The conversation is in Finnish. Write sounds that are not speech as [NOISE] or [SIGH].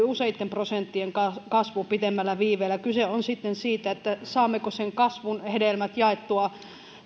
[UNINTELLIGIBLE] useitten prosenttien kasvu pitemmällä viiveellä kyse on sitten siitä saammeko sen kasvun hedelmät jaettua